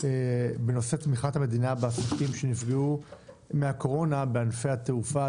בנושא תמיכת המדינה בעסקים שנפגעו מהקורונה בענפי התעופה,